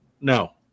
No